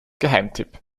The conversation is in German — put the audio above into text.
geheimtipp